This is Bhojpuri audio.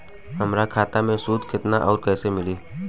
हमार खाता मे सूद केतना आउर कैसे मिलेला?